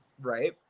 right